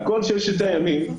ברחוב ששת הימים,